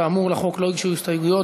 כאמור, לחוק לא הוגשו הסתייגויות.